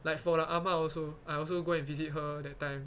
like for the 阿嫲 also I also go and visit her that time